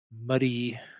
muddy